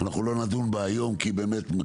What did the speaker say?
אנחנו לא נדון בה היום, כי היא כבדה.